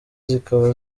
zikaba